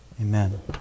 Amen